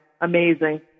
amazing